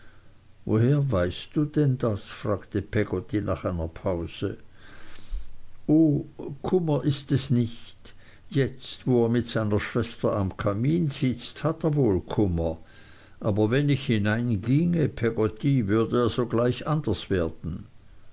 woher weißt du denn das fragte peggotty nach einer pause o kummer ist es nicht jetzt wo er mit seiner schwester am kamin sitzt hat er wohl kummer aber wenn ich hineinginge peggotty würde er sogleich anders werden